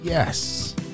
Yes